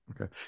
Okay